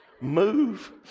move